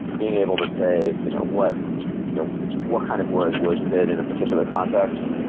being able to say you know what you know what kind of word would fit in a particular context?